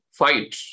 fight